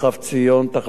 תחנת "שלם"